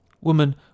Woman